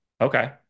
Okay